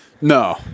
No